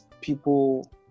people